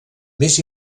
més